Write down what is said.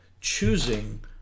choosing